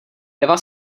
eva